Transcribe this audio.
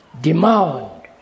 demand